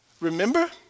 Remember